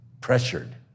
Pressured